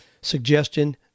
suggestion